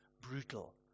brutal